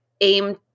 aim